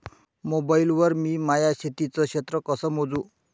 Mobile वर मी माया शेतीचं क्षेत्र कस मोजू?